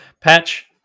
Patch